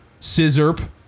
scissorp